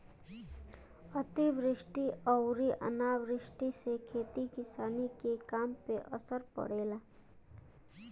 अतिवृष्टि अउरी अनावृष्टि से खेती किसानी के काम पे असर पड़ेला